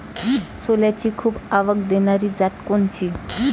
सोल्याची खूप आवक देनारी जात कोनची?